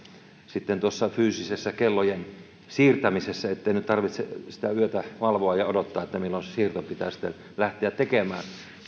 sitten tuossa fyysisessä kellojen siirtämisessä ettei nyt tarvitse sitä yötä valvoa ja odottaa milloin se siirto pitää sitten lähteä tekemään